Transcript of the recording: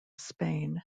spain